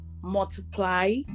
multiply